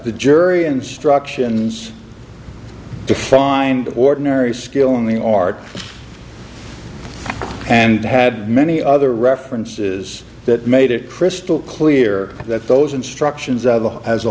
the jury instructions defined ordinary skill in the art and had many other references that made it crystal clear that those instructions out the as a